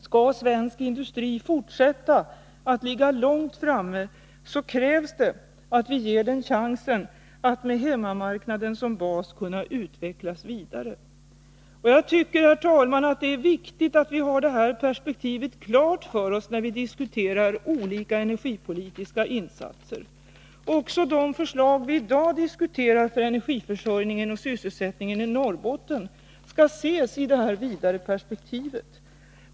Skall svensk industri fortsätta att ligga långt framme, krävs att vi ger den chansen att med hemmamarknaden som bas kunna utvecklas vidare. Herr talman! Jag tycker att det är viktigt att vi har det här perspektivet klart för oss när vi diskuterar olika energipolitiska insatser. Även de förslag vi i dag diskuterar för energiförsörjningen och sysselsättningen i Norrbotten skall ses i detta vidare perspektiv.